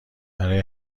برای